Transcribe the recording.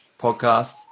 Podcast